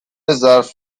ظرف